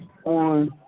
On